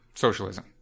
Socialism